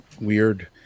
weird